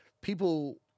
people